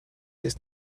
ist